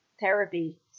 therapy